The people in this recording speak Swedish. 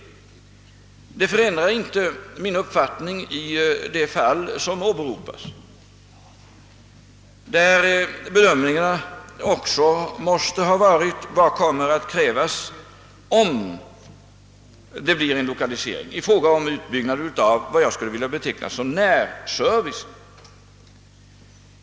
Detta förändrar inte min uppfattning i det fall som har åberopats. Man måste bedöma vad som kommer att krävas — om det blir en lokalisering — i fråga om utbyggnad av vad jag vill beteckna som närservice.